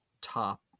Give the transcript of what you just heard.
top